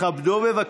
שירין אבו עאקלה,